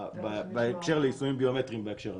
בהקשר ליישומים ביומטריים בהקשר הזה.